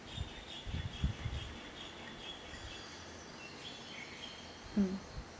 mm